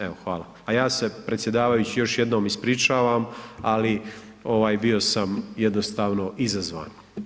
Evo, hvala, a ja se predsjedavajući još jednom ispričavam, ali ovaj bio sam jednostavno izazvan.